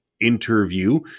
interview